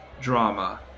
drama